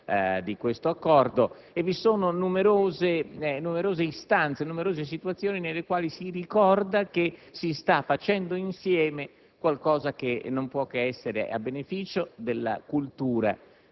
dell’Accordo. Vi sono numerose situazioni nelle quali si ricorda che si sta facendo insieme qualcosa che non puo che essere a beneficio della cultura